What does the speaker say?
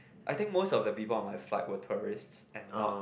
I think most of the people on my flight were tourists and not